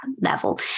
level